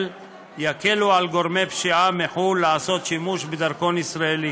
יקלו על גורמי פשיעה מחו"ל לעשות שימוש בדרכון ישראלי.